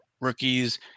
rookies